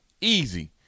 Easy